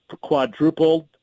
quadrupled